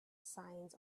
signs